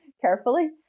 carefully